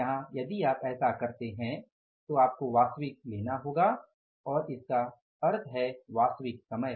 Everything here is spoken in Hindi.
यहां यदि आप ऐसा करते हैं तो आपको वास्तविक लेना होगा और इसका अर्थ है वास्तविक समय